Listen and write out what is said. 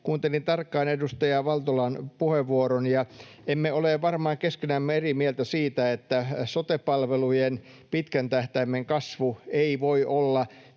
Kuuntelin tarkkaan edustaja Valtolan puheenvuoron, ja emme ole varmaan keskenämme eri mieltä siitä, että sote-palvelujen pitkän tähtäimen kasvu ei voi olla